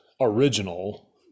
original